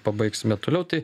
pabaigsime toliau tai